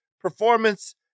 performance